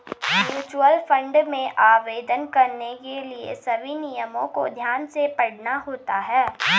mutual fund में आवेदन करने के लिए सभी नियमों को ध्यान से पढ़ना होता है